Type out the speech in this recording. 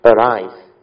arise